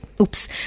Oops